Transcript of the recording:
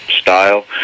style